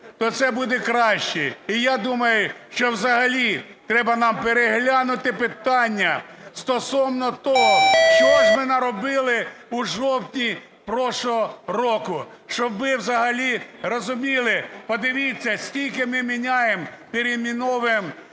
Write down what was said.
то це буде краще. І я думаю, що взагалі треба нам переглянути питання стосовно того, що ж ви наробили у жовтні прошлого року, щоб ви взагалі розуміли. Подивіться, скільки ми міняємо, перейменовуємо